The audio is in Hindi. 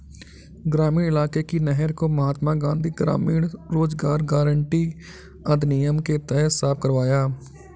ग्रामीण इलाके की नहर को महात्मा गांधी ग्रामीण रोजगार गारंटी अधिनियम के तहत साफ करवाया